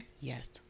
Yes